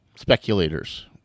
speculators